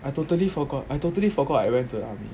I totally forgot I totally forgot I went to the army